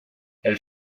elle